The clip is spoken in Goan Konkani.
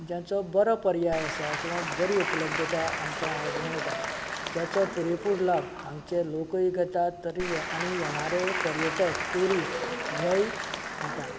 जांचो बरो पर्याय आसा वा बरी उपलब्धता आमकां आयज मेळटा जाचो पुरेपूर लाब हांगाचे लोकूय घेतात तरी आनी येणारे पर्यटक ट्युरिस्ट हेंवूय घेतात